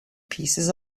pieces